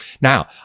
Now